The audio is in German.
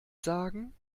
sagen